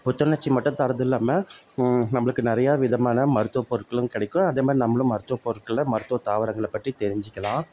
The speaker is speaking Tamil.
புத்துணர்ச்சி மட்டும் தர்றது இல்லாமல் நம்பளுக்கு நிறையா விதமான மருத்துவ பொருட்களும் கிடைக்கும் அதே மாதிரி நம்மளும் மருத்துவ பொருட்களை மருத்துவ தாவரங்களை பற்றி தெரிஞ்சுக்கலாம்